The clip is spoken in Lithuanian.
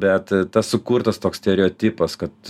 bet tas sukurtas toks stereotipas kad